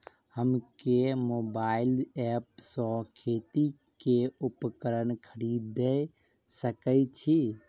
हम केँ mobile app सँ खेती केँ उपकरण खरीदै सकैत छी?